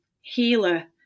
healer